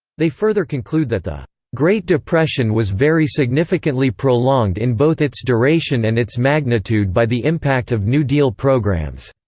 they further conclude that the great depression was very significantly prolonged in both its duration and its magnitude by the impact of new deal programs.